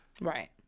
Right